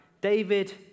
David